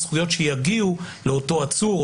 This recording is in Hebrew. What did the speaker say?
הזכויות שיגיעו לאותו עצור,